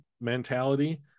mentality